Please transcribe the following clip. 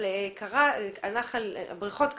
הבריכות קרסו,